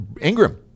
Ingram